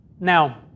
Now